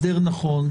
הסדר נכון,